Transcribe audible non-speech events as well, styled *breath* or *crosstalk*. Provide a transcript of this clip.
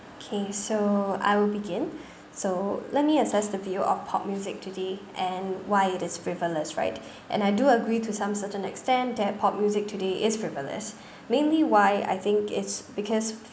okay so I will begin *breath* so let me assess the view of pop music today and why it is frivolous right and I do agree to some certain extent that pop music today is frivolous mainly why I think it's because